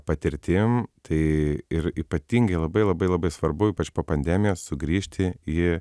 patirtim tai ir ypatingai labai labai labai svarbu ypač po pandemijos sugrįžti į